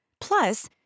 Plus